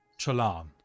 Chalan